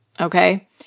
okay